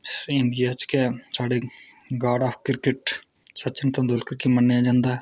ते इंडिया च गै साढे़ 'god of cricket ' Sachin Tendulkar गी मन्नेआ जंदा ऐ